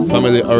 Family